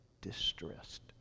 distressed